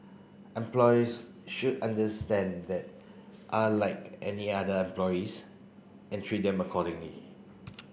employers should understand that are like any other employees and treat them accordingly